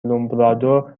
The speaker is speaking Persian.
لومبرادو